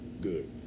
good